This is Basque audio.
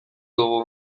dugu